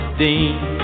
dean